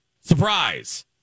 Surprise